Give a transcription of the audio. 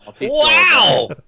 Wow